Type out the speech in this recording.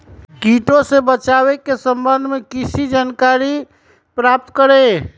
किटो से बचाव के सम्वन्ध में किसी जानकारी प्राप्त करें?